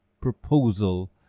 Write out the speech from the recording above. proposal